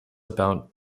about